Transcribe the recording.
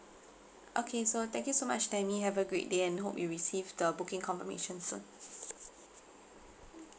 okay so thank you so much tammy have a great day and hope you receive the booking confirmation soon